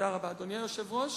אדוני היושב-ראש,